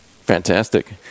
Fantastic